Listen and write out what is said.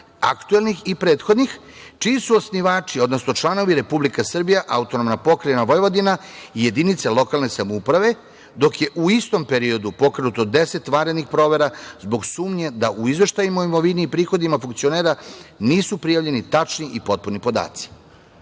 aktuelnih i prethodnih čiji su osnivači, odnosno članovi Republika Srbija, AP Vojvodina i jedinice lokalne samouprave, dok je u istom periodu pokrenuto 10 vanrednih provera, zbog sumnje da u izveštajima o imovini i prihodima funkcionera nisu prijavljeni tačni i potpuni podaci.